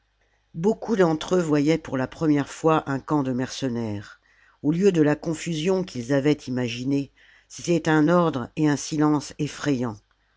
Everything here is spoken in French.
beaucoup d'entre eux voyaient pour la première fois un camp de mercenaires au lieu de la confusion qu'ils avaient imaginée c'était un ordre et un silence effrayants